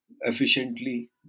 efficiently